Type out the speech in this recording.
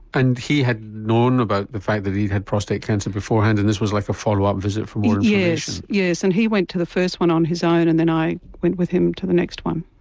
and he had known about the fact that he had prostate cancer beforehand and this was like a follow up visit for more information? yes, and he went to the first one on his own and then i went with him to the next one.